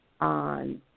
on